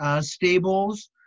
stables